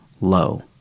low